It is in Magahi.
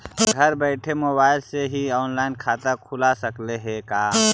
घर बैठल मोबाईल से ही औनलाइन खाता खुल सकले हे का?